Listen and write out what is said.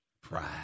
pride